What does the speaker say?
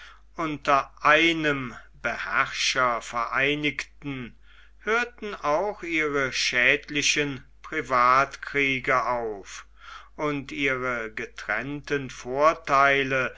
unter einem beherrscher vereinigten hörten auch ihre schädlichen privatkriege auf und ihre getrennten vortheile